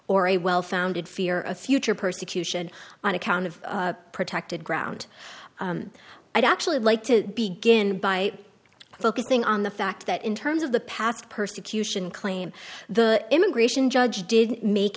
or a well founded fear of future persecution on account of protected ground i'd actually like to begin by focusing on the fact that in terms of the past persecution claim the immigration judge did make